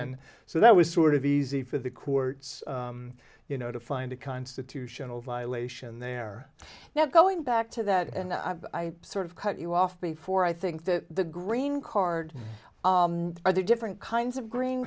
and so that was sort of easy for the courts you know to find a constitutional violation there now going back to that and i sort of cut you off before i think the green card or the different kinds of green